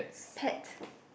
pet